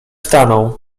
stanął